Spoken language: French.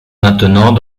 maintenant